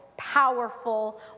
powerful